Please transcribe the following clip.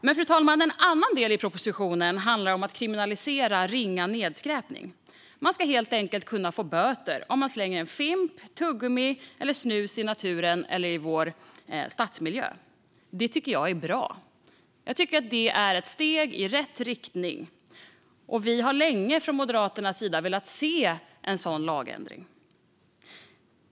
Fru talman! En annan del i propositionen handlar om att kriminalisera ringa nedskräpning. Man ska helt enkelt kunna få böter om man slänger fimpar, tuggummin eller snus i naturen eller i vår stadsmiljö. Det tycker jag är bra och ett steg i rätt riktning. Vi har från Moderaternas sida länge velat se en sådan lagändring.